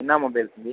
என்ன மொபைல்